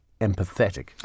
empathetic